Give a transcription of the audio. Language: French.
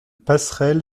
passerelle